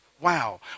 Wow